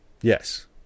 Yes